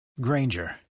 Granger